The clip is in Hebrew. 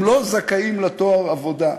הם לא זכאים לתואר "עבודה".